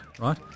right